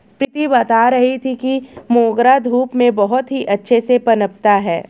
प्रीति बता रही थी कि मोगरा धूप में बहुत ही अच्छे से पनपता है